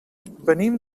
venim